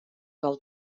del